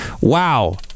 Wow